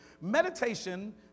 Meditation